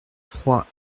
trois